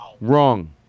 Wrong